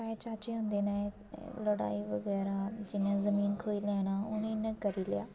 ताए चाचे होंदे न लड़ाई बगैरा जां जमीन खोई लैना उ'नें इ'यां करी लेआ